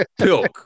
Pilk